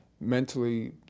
mentally